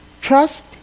Trust